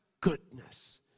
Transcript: goodness